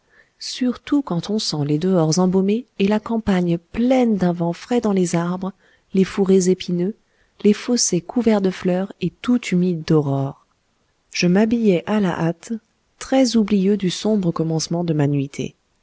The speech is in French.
surtout quand on sent les dehors embaumés et la campagne pleine d'un vent frais dans les arbres les fourrés épineux les fossés couverts de fleurs et tout humides d'aurore je m'habillai à la hâte très oublieux du sombre commencement de ma nuitée